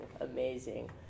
Amazing